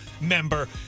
member